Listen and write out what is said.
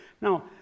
Now